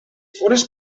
fores